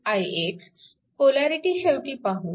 polarity शेवटी पाहू